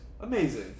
amazing